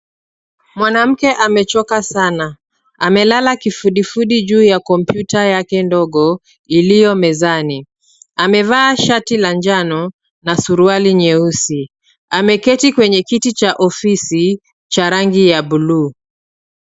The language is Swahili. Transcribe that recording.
Mwanamke amechoka sana .Amelala kifudifudi juu ya kompyuta yake ndogo iliyo mezani. Amevaa shati la njano na suruali nyeusi. Ameketi kwenye kiti cha ofisi, cha rangi ya buluu.